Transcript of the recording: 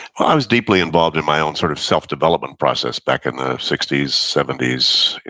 i was deeply involved in my own sort of self-development process back in the sixty s, seventy s.